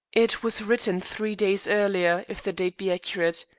it was written three days earlier, if the date be accurate.